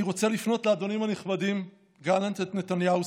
אני רוצה לפנות לאדונים הנכבדים גלנט את נתניהו,